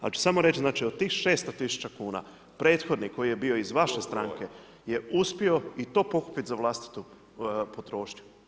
Ali ću samo reći, znači, od tih 600 tisuća kuna, prethodni koji je bio iz vaše stranke je uspio i to pokupiti za vlastitu potrošnju.